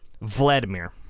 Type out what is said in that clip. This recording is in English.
Vladimir